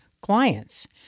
clients